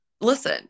Listen